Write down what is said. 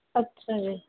ਅੱਛਾ ਜੀ